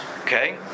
okay